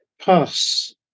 pass